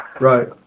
Right